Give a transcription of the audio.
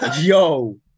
Yo